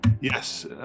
Yes